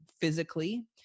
physically